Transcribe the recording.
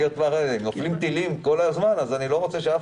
אם נופלים טילים כל הזמן אז אני לא רוצה שאף